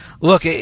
Look